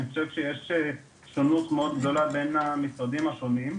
אני חושב שיש שונות מאוד גדולה בין המשרדים השונים.